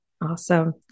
Awesome